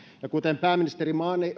kuten pääministeri